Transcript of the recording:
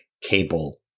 cable